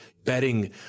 Betting